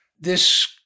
this-